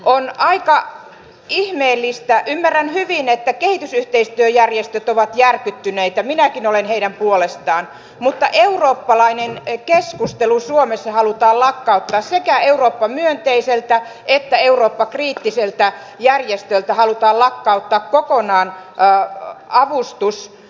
on aika ihmeellistä ymmärrän hyvin että kehitysyhteistyöjärjestöt ovat järkyttyneitä minäkin olen heidän puolestaan että eurooppalainen keskustelu suomessa halutaan lakkauttaa sekä eurooppa myönteiseltä että eurooppa kriittiseltä järjestöltä halutaan lakkauttaa kokonaan avustus